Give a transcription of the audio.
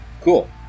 cool